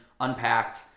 unpacked